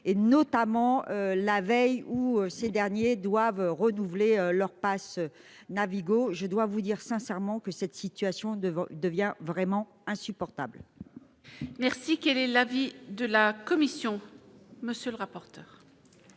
notamment la veille ou ces derniers doivent renouveler leur passe Navigo, je dois vous dire sincèrement que cette situation devant devient vraiment insupportable.